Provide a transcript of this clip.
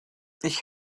ich